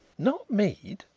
not mead.